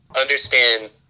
understand